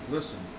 Listen